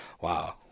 Wow